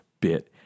bit